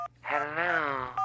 Hello